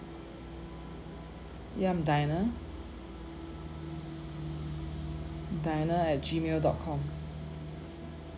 ya I'm diana diana at Gmail dot com